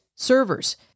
Servers